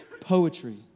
poetry